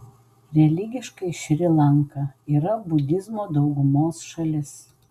religiškai šri lanka yra budizmo daugumos šalis